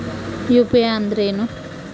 UPI ಅಂದ್ರೇನು?